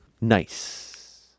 Nice